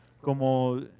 como